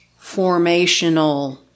formational